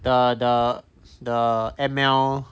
the the the M_L